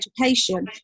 education